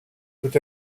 peut